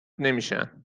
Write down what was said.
نمیشن